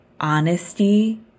honesty